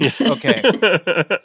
okay